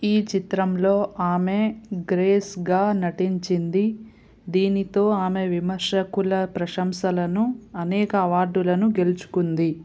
ఈ చిత్రంలో ఆమె గ్రేస్గా నటించింది దీనితో ఆమె విమర్శకుల ప్రశంసలను అనేక అవార్డులను గెలుచుకుంది